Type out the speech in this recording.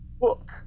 book